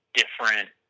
different